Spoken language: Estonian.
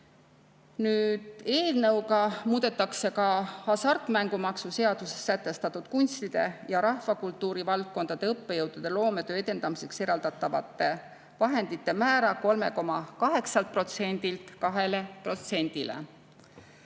Eelnõuga muudetakse ka hasartmängumaksu seaduses sätestatud kunstide ja rahvakultuuri valdkondade õppejõudude loometöö edendamiseks eraldatavate vahendite määra 3,8%-lt